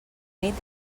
nit